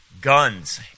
guns